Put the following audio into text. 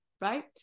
right